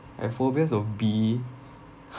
I've phobias of bee